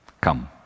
Come